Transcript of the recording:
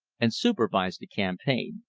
and supervise the campaign.